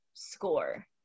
score